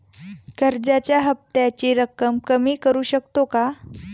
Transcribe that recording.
कर्जाच्या हफ्त्याची रक्कम कमी करू शकतो का?